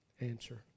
answer